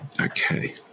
Okay